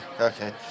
okay